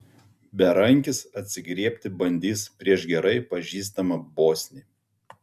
berankis atsigriebti bandys prieš gerai pažįstamą bosnį